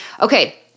Okay